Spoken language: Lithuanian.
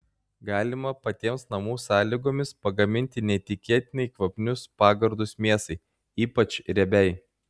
galima patiems namų sąlygomis pagaminti neįtikėtinai kvapnius pagardus mėsai ypač riebiai